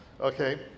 okay